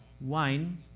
wine